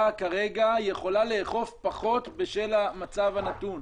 כרגע יכולה לאכוף פחות בשל המצב הנתון.